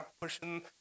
pushing